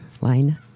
line